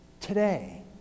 today